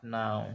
now